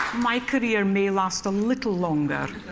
my career may last a little longer.